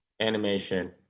animation